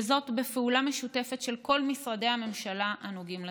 וזאת בפעולה משותפת של כל משרדי הממשלה הנוגעים לדבר.